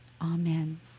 Amen